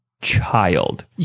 child